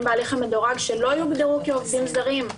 בהליך המדורג שלא יוגדרו כעובדים זרים.